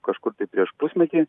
kažkur tai prieš pusmetį